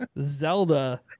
Zelda